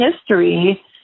history